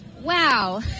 wow